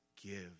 give